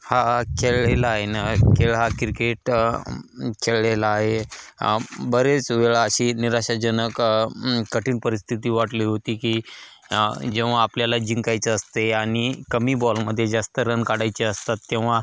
हा खेळलेला आहे न खेळ हा क्रिकेट खेळलेला आहे बरेच वेळा अशी निराशाजनक कठीण परिस्थिती वाटली होती की जेव्हा आपल्याला जिंकायचं असते आनि कमी बॉलमध्येे जास्त रन काढायचे असतात तेव्हा